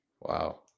Wow